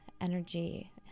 energy